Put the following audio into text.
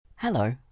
Hello